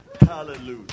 Hallelujah